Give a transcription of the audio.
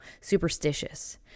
superstitious